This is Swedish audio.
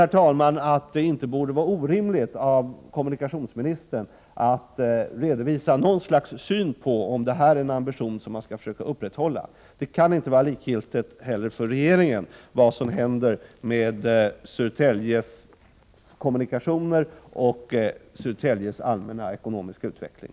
Jag tycker att det inte vore orimligt för kommunikationsministern att redovisa något slags syn på om det här är en ambition som man skall försöka upprätthålla. Det kan inte heller vara likgiltigt för regeringen vad som händer med Södertäljes kommunikationer och med Södertäljes allmänna ekonomiska utveckling.